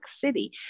City